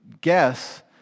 guess